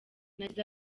nagize